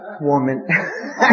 Woman